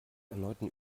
erneuten